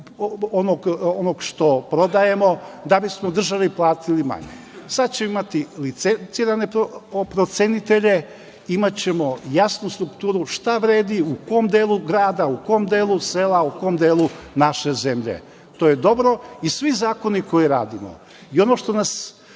onog što prodajemo da bismo državi platili manje. Sad ćemo imati licencirane procenitelje, imaćemo jasnu strukturu šta vredi, u kom delu grada, u kom delu sela, u kom delu naše zemlje. To je dobro. Svi zakoni koje radimo i ono što nas